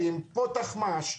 רודפים אותו משם,